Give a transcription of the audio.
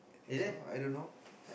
think so I don't know